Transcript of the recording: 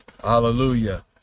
Hallelujah